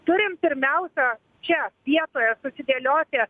turim pirmiausia čia vietoje susidėlioti